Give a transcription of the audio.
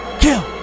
kill